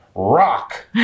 Rock